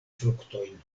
fruktojn